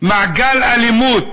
מעגל אלימות